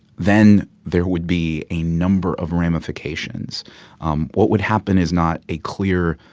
then, there would be a number of ramifications um what would happen is not a clear,